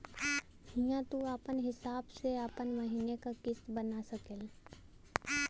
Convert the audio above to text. हिंया तू आपन हिसाब से आपन महीने का किस्त बना सकेल